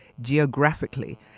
geographically